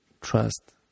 trust